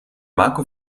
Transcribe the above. marco